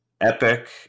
Epic